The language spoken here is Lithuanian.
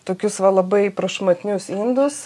tokius va labai prašmatnius indus